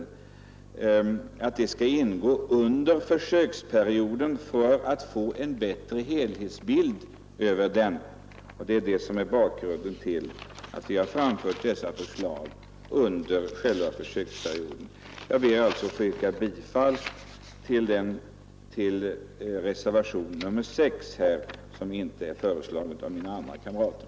Vi vill att också detta skall tas med under försöksperioden, så att vi får en bättre helhetsbild över åtgärderna. Det är bakgrunden till att vi framställt dessa förslag under försöksperioden. Herr talman! Jag ber att få yrka bifall till reservationen 6, som mina kamrater inte tidigare har ställt något bifallsyrkande om.